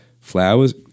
flowers